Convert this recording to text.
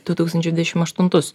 du tūkstančiai dvidešimt aštuntus